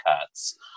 cuts